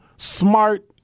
smart